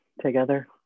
together